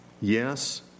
yes